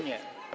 Nie.